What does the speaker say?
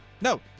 No